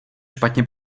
špatně